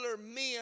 men